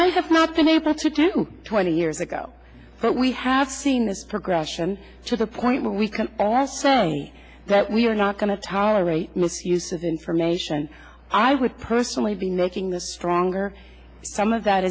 might have not been able to do twenty years ago but we have seen this progression to the point where we can also say that we are not going to tolerate misuse of information i would personally be making the stronger some of that